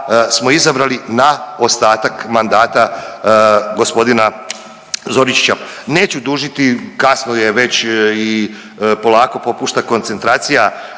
smo izabrali na ostatak mandata g. Zoričića. Neću dužiti kasno je već i polako popušta koncentracija